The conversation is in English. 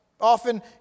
often